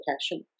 passion